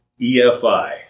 EFI